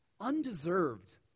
undeserved